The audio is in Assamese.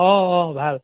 অঁ অঁ ভাল